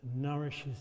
nourishes